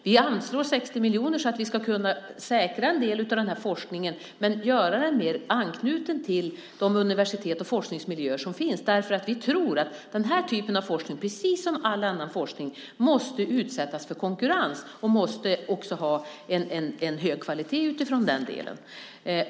Vi anslår 60 miljoner för att vi ska kunna säkra en del av den här forskningen men göra den mer anknuten till de universitet och forskningsmiljöer som finns, därför att vi tror att den här typen av forskning, precis som all annan forskning, måste utsättas för konkurrens och måste ha en hög kvalitet utifrån detta.